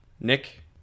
Nick